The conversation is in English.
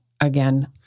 Again